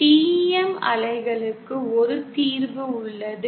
TEM அலைகளுக்கு ஒரு தீர்வு உள்ளது